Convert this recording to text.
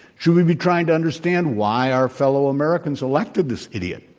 should we be trying to understand why our fellow americans elected this idiot?